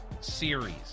series